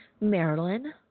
Marilyn